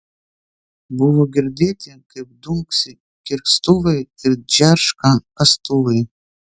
buvo girdėti kaip dunksi kirstuvai ir džerška kastuvai